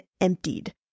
emptied